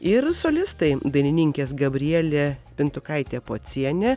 ir solistai dainininkės gabrielė pintukaitė pocienė